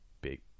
big